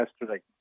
yesterday